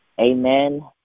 Amen